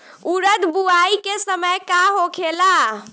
उरद बुआई के समय का होखेला?